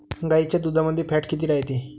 गाईच्या दुधामंदी फॅट किती रायते?